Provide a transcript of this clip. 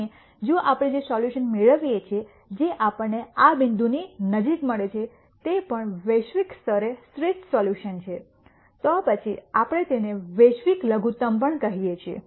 અને જો આપણે જે સોલ્યુશન મેળવીએ છીએ જે આપણને આ બિંદુની નજીક મળે છે તે પણ વૈશ્વિક સ્તરે શ્રેષ્ઠ સોલ્યુશન છે તો પછી આપણે તેને વૈશ્વિક લઘુતમ પણ કહીએ છીએ